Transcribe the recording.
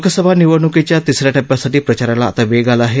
लोकसभा निवडणुकीच्या तिस या टप्प्यासाठी प्रचाराला आता वेग आला आहे